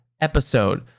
episode